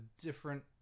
different